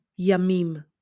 yamim